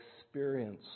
experience